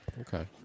Okay